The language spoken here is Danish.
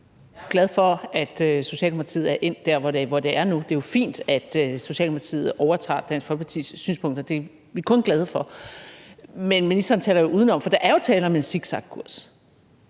Jeg er glad for, at Socialdemokratiet er endt der, hvor det er nu. Det er jo fint, at Socialdemokratiet overtager Dansk Folkepartis synspunkter. Det er vi kun glade for. Men ministeren taler udenom, for der er jo tale om en zigzagkurs,